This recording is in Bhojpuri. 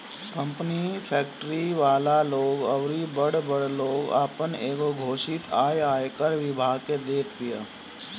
कंपनी, फेक्ट्री वाला लोग अउरी बड़ बड़ लोग आपन एगो घोषित आय आयकर विभाग के देत बिया